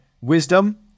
Wisdom